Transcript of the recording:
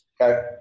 Okay